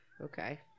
Okay